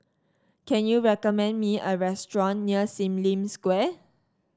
can you recommend me a restaurant near Sim Lim Square